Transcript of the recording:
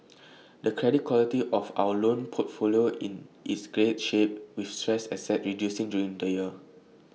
the credit quality of our loan portfolio is in great shape with stressed assets reducing during the year